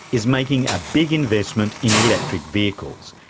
is making a big investment in electric vehicles.